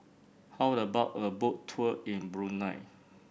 how about a Boat Tour in Brunei